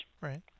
Right